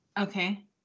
Okay